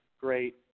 great